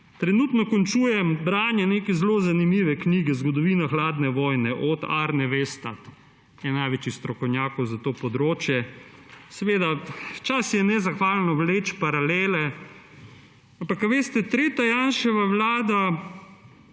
Trenutno končujem branje neke zelo zanimive knjige Zgodovina hladne vojne od Arneja Westada, ki je največji strokovnjak za to področje. Seveda je včasih nezahvalno vleči paralele, ampak veste, tretja Janševa vlada